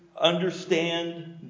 understand